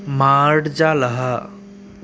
मार्जालः